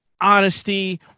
honesty